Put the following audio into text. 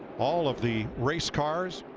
all of the race cars,